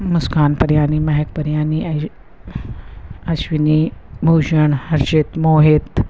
मुस्कान परियानी मेहक परियानी ऐं अश्विनी भुषण हर्षित मोहित